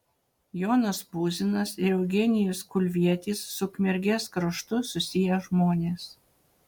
jonas puzinas ir eugenijus kulvietis su ukmergės kraštu susiję žmonės